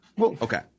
Okay